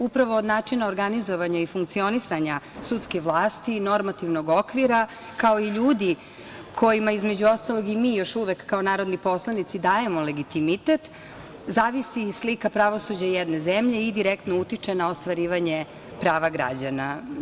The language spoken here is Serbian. Upravo od načina organizovanja i funkcionisanja sudske vlasti i normativnog okvira, kao i ljudi kojima između ostalog, i mi još uvek kao narodni poslanici, dajemo legitimitet, zavisi slika pravosuđa jedne zemlje i direktno utiče na ostvarivanje prava građana.